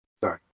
Sorry